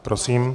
Prosím.